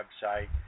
website